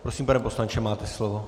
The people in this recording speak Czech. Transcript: Prosím, pane poslanče, máte slovo.